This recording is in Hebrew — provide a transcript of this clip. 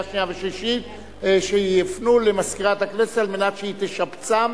שנייה ושלישית שיפנו למזכירת הכנסת כדי שהיא תשבצם